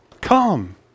Come